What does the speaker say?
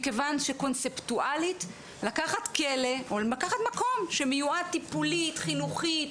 מכיוון שקונספטואלית לקחת כלא או לקחת מקום שמיועד טיפולית חינוכית